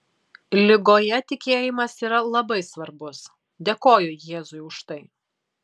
ligoje tikėjimas yra labai svarbus dėkoju jėzui už tai